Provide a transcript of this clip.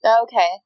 Okay